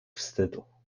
wstydu